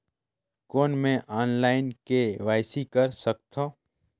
कौन मैं online KYC कर सकथव?